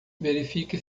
verifique